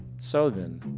so then,